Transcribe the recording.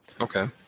okay